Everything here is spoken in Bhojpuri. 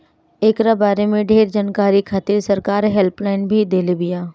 एकरा बारे में ढेर जानकारी खातिर सरकार हेल्पलाइन भी देले बिया